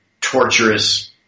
torturous